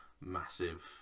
massive